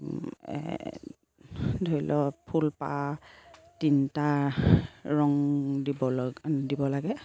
ধৰি লওক ফুলপাহ তিনিটা ৰং দিব ল দিব লাগে